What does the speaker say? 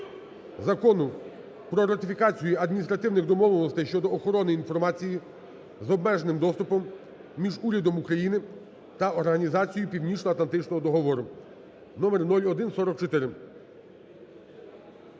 Закону про ратифікацію Адміністративних домовленостей щодо охорони інформації з обмеженим доступом між урядом України та Організацією Північноатлантичного договору (№ 0144).